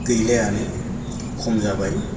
गैलायानो खम जाबाय